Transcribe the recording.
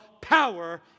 power